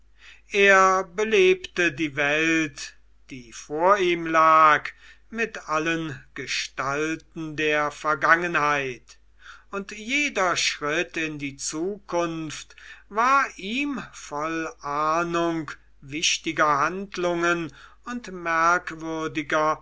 er belebte die welt die vor ihm lag mit allen gestalten der vergangenheit und jeder schritt in die zukunft war ihm voll ahnung wichtiger handlungen und merkwürdiger